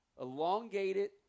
elongated